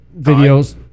videos